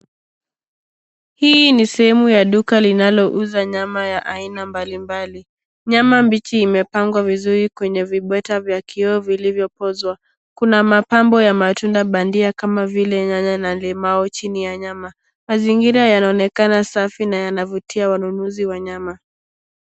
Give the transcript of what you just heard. Hii ni sehemu ya duka linalo uza nyama ya aina mbalimbali. Nyama mbichi imepangwa vizuri kwenye vibweta vya kioo vilivyo kuzwa. Kuna mapambo ya matunda bandia kama vile nyanya na limau chini ya nyama. Mazingira yanaonekana safi na yana vutia wanunuzi wa nyama.